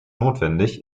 notwendig